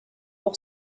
pour